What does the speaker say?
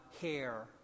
hair